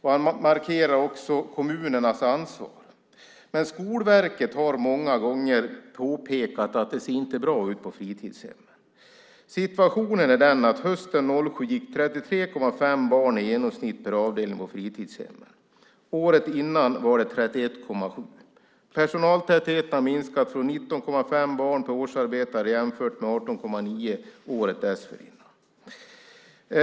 Han markerar också kommunernas ansvar. Men Skolverket har många gånger påpekat att det inte ser bra ut på fritidshemmen. Situationen är den att hösten 2007 gick det i genomsnitt 33,5 barn per avdelning på fritidshemmen. Året innan var det 31,7. Personaltätheten har minskat - det var 19,5 barn per årsarbetare jämfört med 18,9 året dessförinnan.